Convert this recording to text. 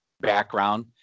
background